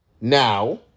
now